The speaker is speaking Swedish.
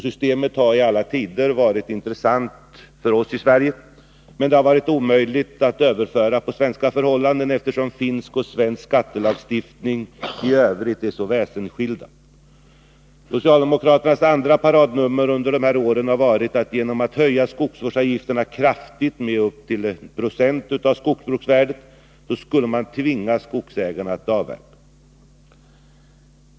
Systemet har i alla tider varit intressant för oss i Sverige, men det har varit omöjligt att överföra på svenska förhållanden, eftersom finsk och svensk skattelagstiftning i övrigt är så väsensskilda. Socialdemokraternas andra paradnummer under dessa år har varit att man genom att höja skogsvårdsavgifterna kraftigt med upp till 1 96 av skogsvärdet skulle tvinga skogsägarna att avverka.